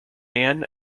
ann